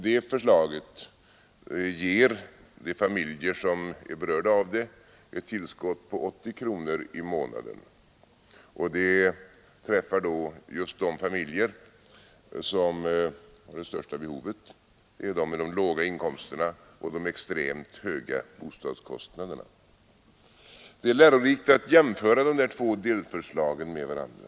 Det förslaget ger berörda familjer ett tillskott på 80 kronor i månaden, och det träffar just de familjer som har det största behovet — de med de låga inkomsterna och de extremt höga bostadskostnaderna. Det är lärorikt att jämföra dessa två delförslag med varandra.